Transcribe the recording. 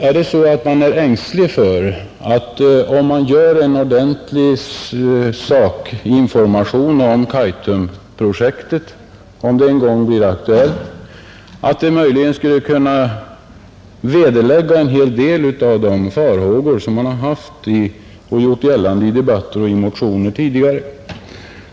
Är det så att man är ängslig för att en ordentlig sakinformation om Kaitum, om detta projekt en gång blir aktuellt, möjligen kan vederlägga en del av de farhågor som tidigare kommit till uttryck i debatter och motioner?